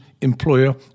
employer